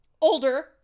Older